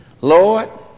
Lord